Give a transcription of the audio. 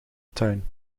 tuin